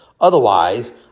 Otherwise